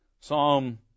Psalm